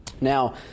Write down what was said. Now